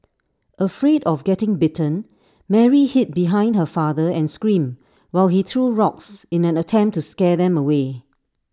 afraid of getting bitten Mary hid behind her father and screamed while he threw rocks in an attempt to scare them away